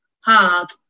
hard